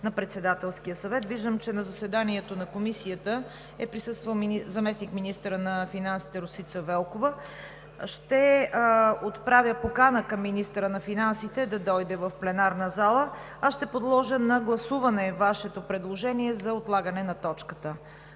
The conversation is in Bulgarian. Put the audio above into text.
на Председателския съвет. Виждам, че на заседанието на Комисията е присъствал заместник-министърът на финансите Росица Велкова. Ще отправя покана към министъра на финансите да дойде в пленарната зала, а ще подложа на гласуване Вашето предложение за отлагане на точката.